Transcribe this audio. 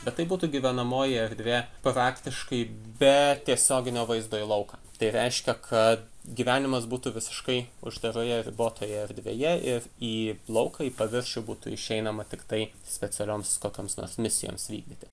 bet tai būtų gyvenamoji erdvė praktiškai be tiesioginio vaizdo į lauką tai reiškia kad gyvenimas būtų visiškai uždaroje ribotoje erdvėje ir į lauką į paviršių būtų išeinama tiktai specialioms kokioms nors misijoms vykdyti